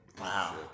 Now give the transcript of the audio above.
Wow